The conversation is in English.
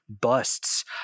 busts